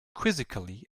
quizzically